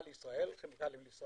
אותו דבר מצאנו גם בעניין של כימיקלים,